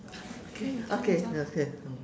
okay okay okay mm